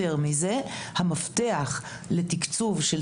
יותר מזה, המפתח לתקצוב של